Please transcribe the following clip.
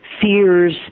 fears